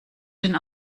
den